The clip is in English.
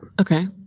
okay